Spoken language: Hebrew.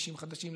בכבישים חדשים,